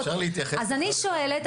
אז אני שואלת,